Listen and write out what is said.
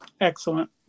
excellent